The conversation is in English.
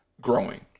growing